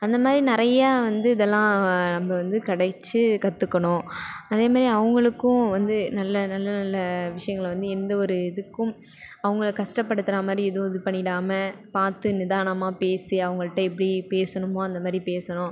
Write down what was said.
அந்தமாதிரி நிறையா வந்து இதெல்லாம் நம்ம வந்து கிடைச்சி கற்றுக்கணும் அதேமாதிரி அவங்களுக்கும் வந்து நல்ல நல்ல நல்ல விஷயங்களை வந்து எந்த ஒரு இதுக்கும் அவங்கள கஷ்டப்படுத்துகிறா மாதிரி ஏதும் இது பண்ணிடாமல் பார்த்து நிதானமாக பேசி அவங்கள்ட எப்படி பேசணுமோ அந்த மாதிரி பேசணும்